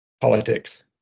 politics